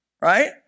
right